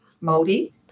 moldy